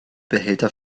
behälter